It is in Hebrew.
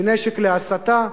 כנשק להסתה,